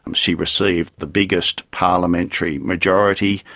um she received the biggest parliamentary majority,